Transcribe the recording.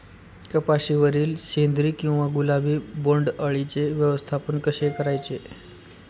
कपाशिवरील शेंदरी किंवा गुलाबी बोंडअळीचे व्यवस्थापन कसे करायचे?